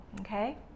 Okay